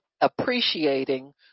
appreciating